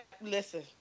listen